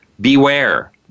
beware